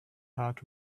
hard